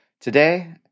Today